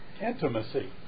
intimacy